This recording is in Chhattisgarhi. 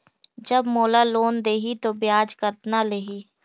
जब मोला लोन देही तो ब्याज कतना लेही?